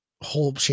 whole